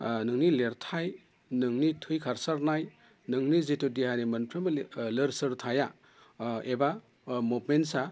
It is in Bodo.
नोंनि लिरथाय नोंनि थै खारसारनाय नोंनि जिथु देहानि मोनफ्रोमबो लोर सोरथाया एबा मुभमेन्टसआ